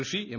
കൃഷി എം